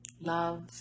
love